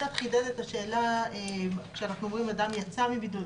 קצת חידד את השאלה כשאנחנו אומרים שאדם יצא מבידוד,